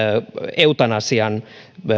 eutanasian